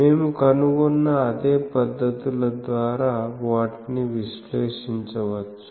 మేము కనుగొన్న అదే పద్ధతుల ద్వారా వాటిని విశ్లేషించవచ్చు